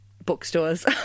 bookstores